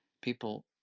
People